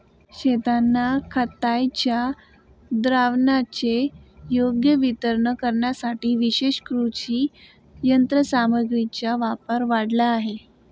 शेतांना खताच्या द्रावणाचे योग्य वितरण करण्यासाठी विशेष कृषी यंत्रसामग्रीचा वापर वाढला आहे